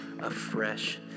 afresh